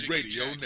Radio